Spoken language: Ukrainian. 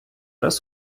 раз